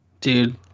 Dude